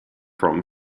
from